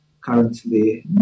currently